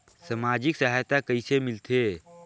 समाजिक सहायता कइसे मिलथे?